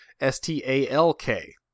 S-T-A-L-K